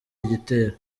igitero